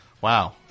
Wow